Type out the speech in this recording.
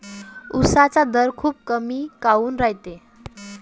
उसाचा दर खूप कमी काऊन रायते?